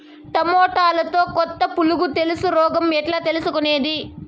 టమోటాలో కొత్త పులుగు తెలుసు రోగం ఎట్లా తెలుసుకునేది?